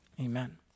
amen